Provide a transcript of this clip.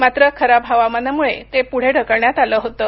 मात्र खराब हवामानामुळे ते पुढे ढकलण्यात आलं होतं